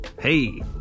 hey